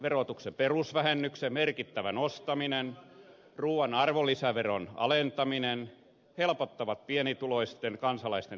kunnallisverotuksen perusvähennyksen merkittävä nostaminen ja ruuan arvonlisäveron alentaminen helpottavat pienituloisten kansalaisten tilannetta